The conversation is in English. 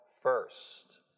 first